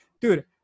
dude